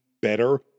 better